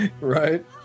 Right